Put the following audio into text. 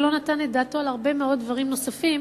הוא לא נתן את דעתו על הרבה מאוד דברים נוספים,